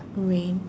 rain